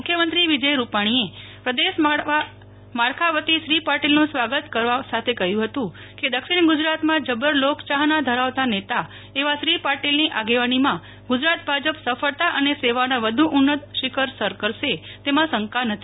મુખ્યમંત્રી વિજય રૂપાણીએ પ્રદેશ પ્રમુખમાળખા વતી શ્રી પાટિલનું સ્વાગત કરવા સાથે કહ્યુ હતુ કે દક્ષિણ ગુજરાતમાં જબ્બર લોક ચાહના ધરાવતા નેતા એવાશ્રી પાટિલની આગેવાની માં ગુજરાત ભાજપ સફળતા અને સેવાના વધુ ઉન્નત શિખર સર કરશે તેમા શંકા નથી